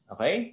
Okay